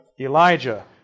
Elijah